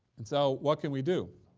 and so what can we do?